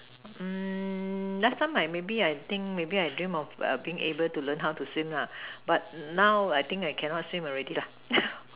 em nothing maybe I think maybe I dream of being able to learn how to sing la but now I think I can't sing any already la